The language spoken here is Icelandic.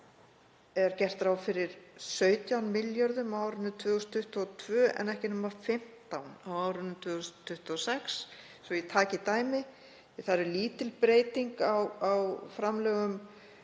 gert ráð fyrir 17 milljörðum á árinu 2022 en ekki nema 15 á árinu 2026, svo ég taki dæmi. Þar er lítil breyting á framlögum